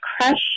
crush